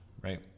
right